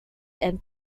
and